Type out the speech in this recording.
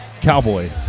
Cowboy